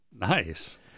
Nice